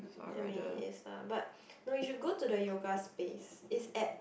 I mean it is lah but no you should go to the yoga space is at